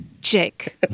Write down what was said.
Jake